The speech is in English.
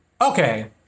Okay